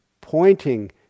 pointing